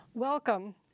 Welcome